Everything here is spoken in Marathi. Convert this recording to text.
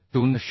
एस